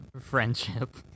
friendship